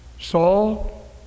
Saul